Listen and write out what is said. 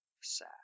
sad